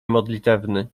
modlitewny